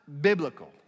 biblical